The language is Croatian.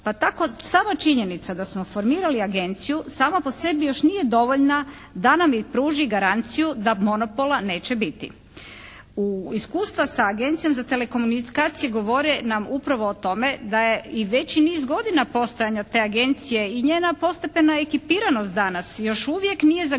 pa tako sama činjenica da smo formirali agenciju sama po sebi još nije dovoljna da nam pruži garanciju da monopola neće biti. Iskustva sa Agencijom za telekomunikacije govore nam upravo o tome da je i veći niz godina postojanja te agencije i njena postepena ekipiranost danas još uvijek nije zagarantirala